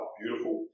beautiful